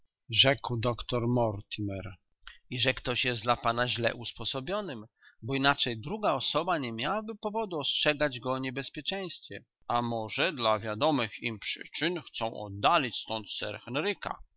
rzekł doktor mortimer i że ktoś jest dla pana źle usposobionym bo inaczej druga osoba nie miałaby powodu ostrzegać go o niebezpieczeństwie a może dla wiadomych im przyczyn chcą oddalić stąd sir henryka